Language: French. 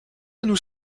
nous